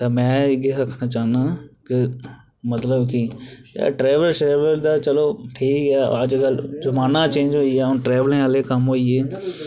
ते में इ'यै आक्खना चाह्ना मतलब कि ट्रैबल शरैबल दा चलो ठीक ऐ अजकल जमाना गै चेंज होई गेआ हून ट्रैबलें आह्ले कम्म होई गे